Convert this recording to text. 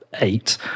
eight